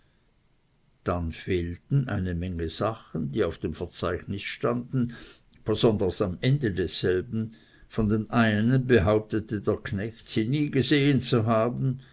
dann fehlten eine menge sachen die auf dem verzeichnis standen besonders am ende desselben von den einen behauptete der knecht sie nie gesehen zu haben